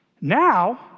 Now